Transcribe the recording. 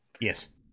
Yes